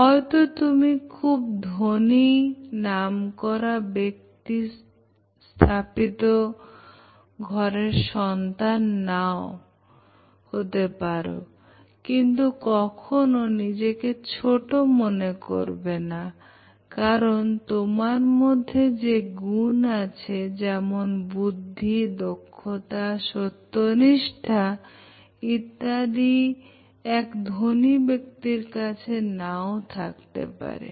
হয়তো তুমি খুব ধনী নামকরা ব্যক্তি স্থপতি ঘরের সন্তান নও কিন্তু কখনো নিজেকে ছোট মনে করবে না কারণ তোমার মধ্যে যে গুণ আছে যেমন বুদ্ধি দক্ষতা সত্যনিষ্ঠা ইত্যাদি ওদের মধ্যে নাও থাকতে পারে